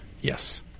Yes